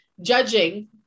judging